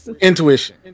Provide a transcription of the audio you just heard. Intuition